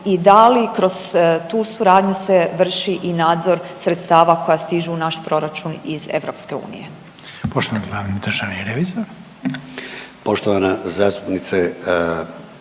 i da li kroz tu suradnju se vrši i nadzor sredstava koja stižu u naš proračun iz EU? **Reiner, Željko (HDZ)** Poštovani glavni državni revizor.